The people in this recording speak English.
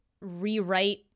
rewrite